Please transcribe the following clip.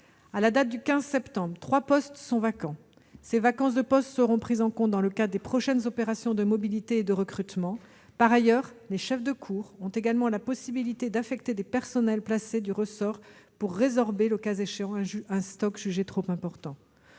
À la date du 15 septembre, 3 postes sont vacants. Ces vacances de poste seront prises en compte dans le cadre des prochaines opérations de mobilité et de recrutement. Par ailleurs, les chefs de cour ont également la possibilité d'affecter des personnels placés du ressort pour résorber, le cas échéant, un stock jugé trop important.